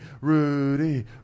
Rudy